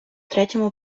третьому